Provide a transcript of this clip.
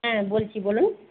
হ্যাঁ বলছি বলুন